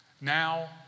Now